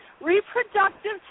Reproductive